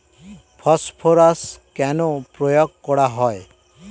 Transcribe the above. Phosphorus কেন প্রয়োগ করা হয়?